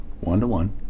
one-to-one